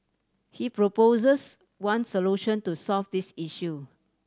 he proposes one solution to solve this issue